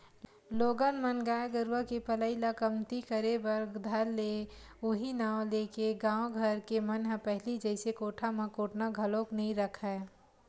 लोगन मन गाय गरुवा के पलई ल कमती करे बर धर ले उहीं नांव लेके गाँव घर के मन ह पहिली जइसे कोठा म कोटना घलोक नइ रखय